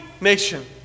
nation